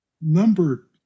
number